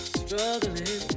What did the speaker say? struggling